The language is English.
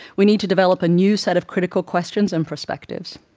we need to develop a new set of critical questions and perspectives.